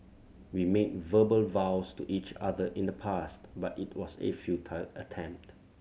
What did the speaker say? we made verbal vows to each other in the past but it was a futile attempt